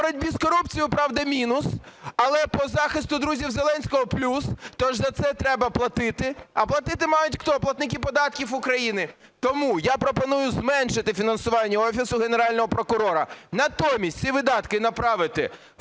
боротьбі з корупцією, правда, мінус, але по захисту друзів Зеленського плюс, то ж за це треба платити. А платити мають хто? Платники податків України. Тому я пропоную зменшити фінансування Офісу Генерального прокурора. Натомість ці видатки направити